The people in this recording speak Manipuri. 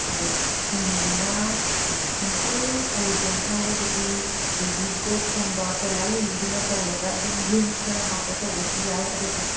ꯑꯗꯣ ꯊꯤꯝꯗꯨꯅ ꯁꯤꯝꯄꯜ ꯑꯦꯂꯤꯒꯦꯟ ꯍꯥꯏꯔꯒꯗꯤ ꯕꯦꯕꯤꯁ ꯕ꯭ꯔꯦꯗ ꯀꯨꯝꯕ ꯀꯦꯂꯥꯂꯤꯂꯤꯗꯨꯅ ꯇꯧꯔꯒ ꯑꯗꯨꯝ ꯒ꯭ꯔꯤꯟꯁ ꯈꯔ ꯍꯥꯞꯄ ꯇꯧꯕꯁꯨ ꯌꯥꯏ ꯑꯗꯨꯒ